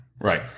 Right